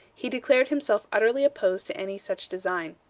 he declared himself utterly opposed to any such design.